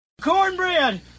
Cornbread